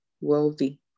wealthy